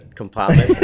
compartment